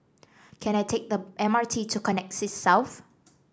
can I take the M R T to Connexis South